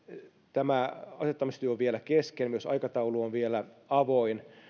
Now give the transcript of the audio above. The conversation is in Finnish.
tämä asettamistyö on vielä kesken myös aikataulu on vielä avoin